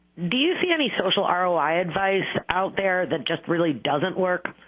do you see any social um roi advice out there that just really doesn't work?